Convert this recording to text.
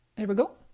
there we go,